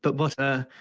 but but